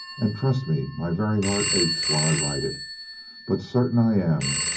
and trust me my very heart aches while i write it but certain i am,